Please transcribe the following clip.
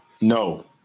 No